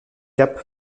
cap